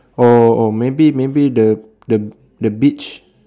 or maybe maybe the the the beach